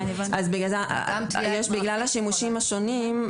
בגלל השימושים השונים,